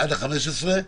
עד ה-15.